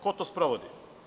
Ko to sprovodi?